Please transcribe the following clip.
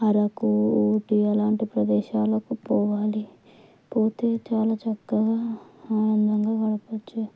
అరకు ఊటి అలాంటి ప్రదేశాలకు పోవాలి పోతే చాలా చక్కగా ఆనందంగా గడపవచ్చు